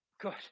Good